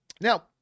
now